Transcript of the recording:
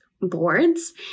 boards